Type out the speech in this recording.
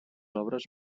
obres